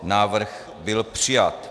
Návrh byl přijat.